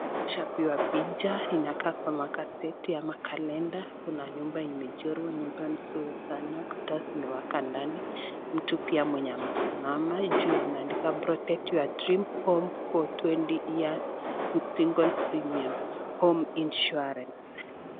Tushapewa picha inakaa kama gazeti ama kalenda , kuna nyumba imechorwa nyumba nzuri sana ukuta zimewaka ndani, mtu pia mwenye amesimama juu ameandika (cs) protect your dream home for twenty years single premium home insurance (cs).